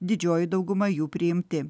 didžioji dauguma jų priimti